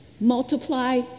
multiply